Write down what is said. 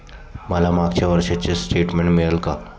मला मागच्या वर्षीचे स्टेटमेंट मिळेल का?